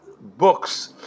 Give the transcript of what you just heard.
books